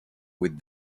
with